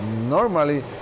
normally